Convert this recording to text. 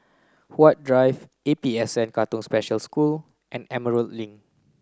Huat Drive A P S N Katong Special School and Emerald Link